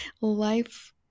life